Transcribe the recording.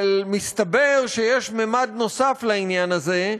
אבל מסתבר שיש ממד נוסף לעניין הזה,